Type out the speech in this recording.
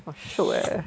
!wah! shiok eh